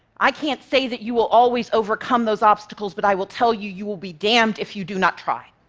i can't say that you will always overcome those obstacles, but i will tell you, you will be damned if you do not try.